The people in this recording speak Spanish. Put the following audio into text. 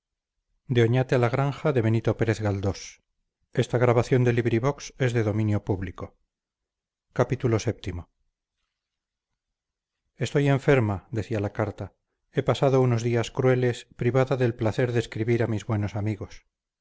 estoy enferma decía la carta he pasado unos días crueles privada del placer de escribir a mis buenos amigos